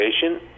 patient